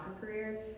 career